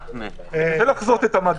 קשה לחזות את המדע.